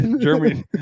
Jeremy